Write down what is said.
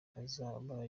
azaba